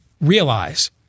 realize